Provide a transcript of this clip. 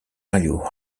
valued